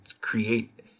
create